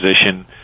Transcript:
position